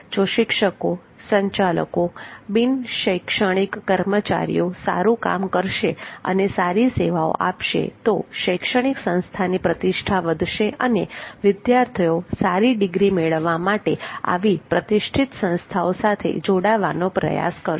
જો શિક્ષકો સંચાલકો બિનશૈક્ષણિક કર્મચારીઓ સારું કામ કરશે અને સારી સેવાઓ આપશે તો શૈક્ષણિક સંસ્થાની પ્રતિષ્ઠા વધશે અને વિદ્યાર્થીઓ સારી ડિગ્રી મેળવવા માટે આવી પ્રતિષ્ઠિત સંસ્થાઓ સાથે જોડાવા પ્રયાસ કરશે